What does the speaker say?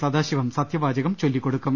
സദാശിവം സത്യവാചകം ചൊല്ലിക്കൊടുക്കും